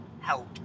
help